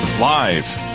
Live